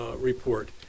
report